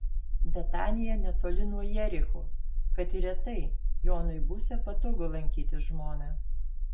betanija netoli nuo jericho kad ir retai jonui būsią patogu lankyti žmoną